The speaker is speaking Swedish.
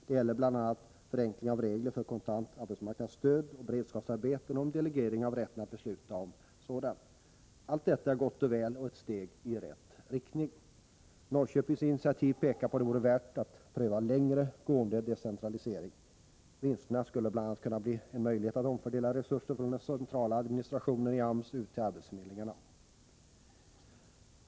Det gäller bl.a. förenkling av regler för kontant arbetsmarknadsstöd och beredskapsarbeten och delegering av rätten att besluta om beredskapsarbeten. Allt detta är gott och väl och ett steg i rätt riktning. Norrköpings initiativ pekar på att det vore värt att pröva en längre gående decentralisering. Vinsterna skulle bl.a. kunna ge en möjlighet att omfördela resurser från den centrala administrationen i AMS ut till arbetsförmedlingarna.